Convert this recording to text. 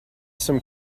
some